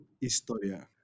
historia